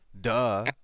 Duh